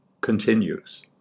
Continues